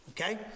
Okay